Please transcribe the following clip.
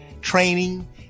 training